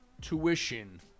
tuition